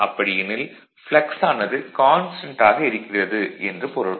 அப்படியெனில் ப்ளக்ஸ் ஆனது கான்ஸ்டன்ட் ஆக இருக்கிறது என்று பொருள்